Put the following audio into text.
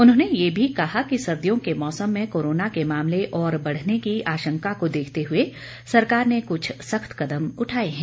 उन्होंने ये भी कहा कि सर्दियों के मौसम में कोरोना के मामले और बढ़ने की आशंका को देखते हुए सरकार ने कुछ सख्त कदम भी उठाए हैं